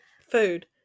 Food